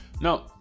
Now